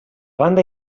banda